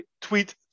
tweet